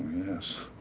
yes.